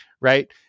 Right